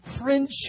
friendship